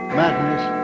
madness